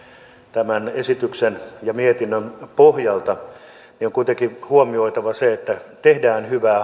tämän esityksen ja mietinnön pohjalta niin on kuitenkin huomioitava se että hallituksessa tehdään hyvää